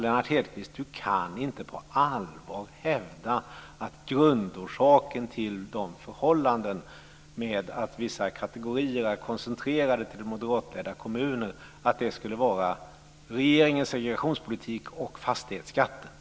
Lennart Hedquist kan inte på allvar hävda att grundorsaken till det förhållandet att vissa kategorier är koncentrerade till moderatledda kommuner skulle vara regeringens segregationspolitik och fastighetsskatten.